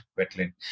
wetland